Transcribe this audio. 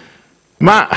richiamato - ma